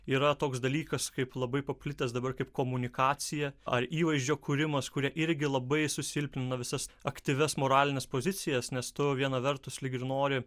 yra toks dalykas kaip labai paplitęs dabar kaip komunikacija ar įvaizdžio kūrimas kurie irgi labai susilpnina visas aktyvias moralines pozicijas nes tu viena vertus lyg ir nori